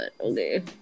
okay